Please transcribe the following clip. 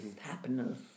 happiness